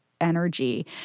energy